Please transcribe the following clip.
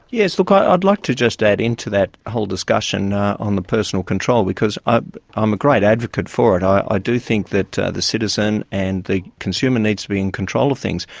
yes, look, i'd like to just add into that whole discussion on the personal control because i'm um a great advocate for it. i do think that the citizen and the consumer needs to be in control of things,